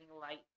light